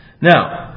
Now